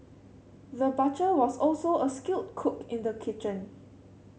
the butcher was also a skilled cook in the kitchen